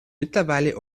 mittlerweile